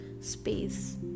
space